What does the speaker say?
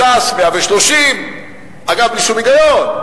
לש"ס, 130. אגב, בלי שום היגיון.